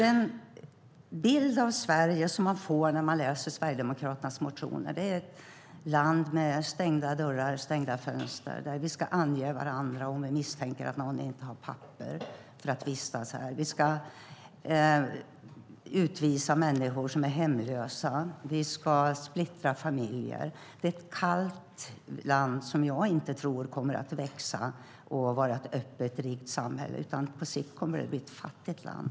Den bild av Sverige man får när man läser Sverigedemokraternas motioner är ett land med stängda dörrar, stängda fönster, där vi ska ange varandra om vi misstänker att någon inte har papper för att vistas här. Vi ska utvisa människor som är hemlösa och vi ska splittra familjer. Det är ett kallt land, som jag inte tror kommer att växa och vara ett öppet och rikt samhälle. På sikt kommer det att bli ett fattigt land.